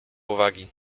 uwagi